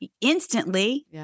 instantly